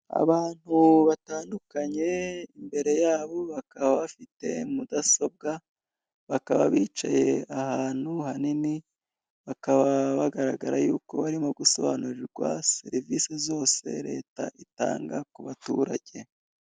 Abantu batandukanye imbere yabo bakaba bafite mudasobwa, bakaba bicaye ahantu hanini, bakaba bagaragara yuko barimo gusobanurirwa serivisi zose leta itanga ku baturage.